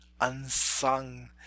unsung